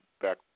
back